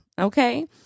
Okay